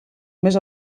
més